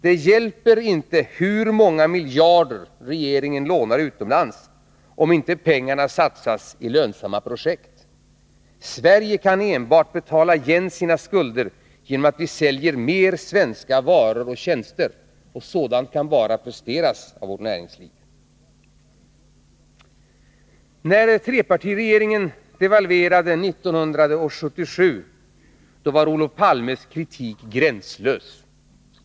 Det hjälper inte hur många miljarder regeringen lånar utomlands om inte pengarna satsas i lönsamma projekt. Sverige kan betala igen sina skulder enbart genom att vi säljer mer av svenska varor och tjänster, och sådant kan bara presteras av vårt näringsliv. När trepartiregeringen devalverade 1977 var Olof Palmes kritik gränslös.